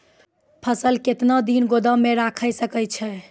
फसल केतना दिन गोदाम मे राखै सकै छौ?